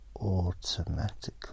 automatically